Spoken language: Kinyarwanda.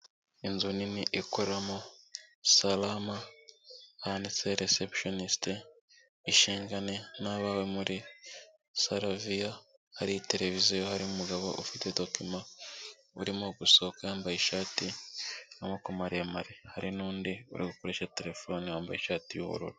Inzu nini ikoramo salama handitse receptionist ishingane nabawe muri salavia hari televiziyo hari umugabo ufite dokima urimo gusohoka yambaye ishati y'amaboko maremare hari nundi uri gukoresha terefone wambaye ishati y'ubururu.